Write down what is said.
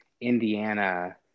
indiana